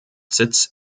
sitz